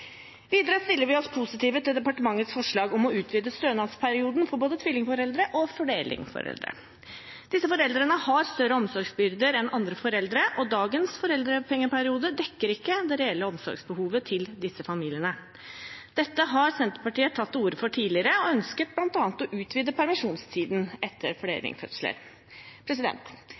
Videre stiller vi oss positive til departementets forslag om å utvide stønadsperioden for både tvillingforeldre og flerlingforeldre. Disse foreldrene har større omsorgsbyrder enn andre foreldre, og dagens foreldrepengeperiode dekker ikke det reelle omsorgsbehovet som disse familiene har. Dette har Senterpartiet tatt til orde for tidligere og bl.a. ønsket å utvide permisjonstiden etter